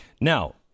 Now